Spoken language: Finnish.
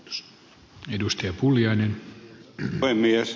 arvoisa herra puhemies